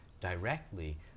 directly